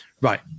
Right